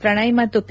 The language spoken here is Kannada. ಪ್ರಣಯ್ ಮತ್ತು ಪಿ